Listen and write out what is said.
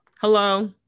Hello